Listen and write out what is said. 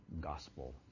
gospel